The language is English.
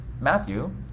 Matthew